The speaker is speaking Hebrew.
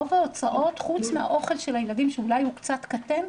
רוב ההוצאות חוץ מהאוכל של הילדים שאולי קצת קטן,